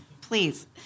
Please